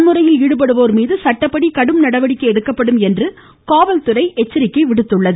வன்முறையில் ஈடுபடுவோர் மீது சட்டப்படி கடும் நடவடிக்கை எடுக்கப்படும் என்று காவல்துறை எச்சரிக்கை விடுத்துள்ளது